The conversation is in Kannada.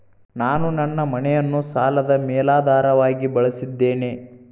ನಾನು ನನ್ನ ಮನೆಯನ್ನು ಸಾಲದ ಮೇಲಾಧಾರವಾಗಿ ಬಳಸಿದ್ದೇನೆ